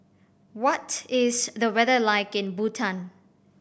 what is the weather like in Bhutan